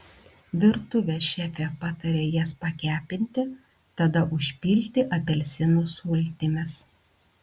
virtuvės šefė pataria jas pakepinti tada užpilti apelsinų sultimis